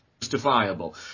justifiable